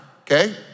okay